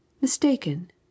Mistaken